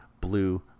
blue